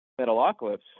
Metalocalypse